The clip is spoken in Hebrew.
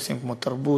נושאים כמו תרבות,